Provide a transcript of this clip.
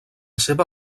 seva